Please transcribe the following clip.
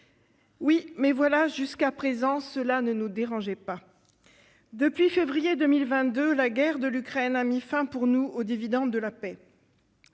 mais jusqu'à présent cela ne nous dérangeait pas. Depuis février 2022, la guerre en Ukraine a mis fin pour nous au dividende de la paix.